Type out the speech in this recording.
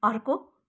अर्को